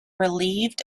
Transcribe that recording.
relieved